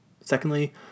Secondly